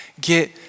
get